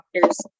doctors